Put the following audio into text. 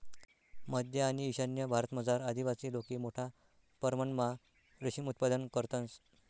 मध्य आणि ईशान्य भारतमझार आदिवासी लोके मोठा परमणमा रेशीम उत्पादन करतंस